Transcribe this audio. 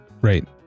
Right